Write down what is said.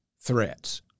threats